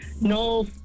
No